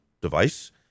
device